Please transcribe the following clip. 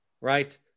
right